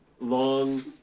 long